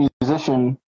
musician